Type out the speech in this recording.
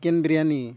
chicken biryani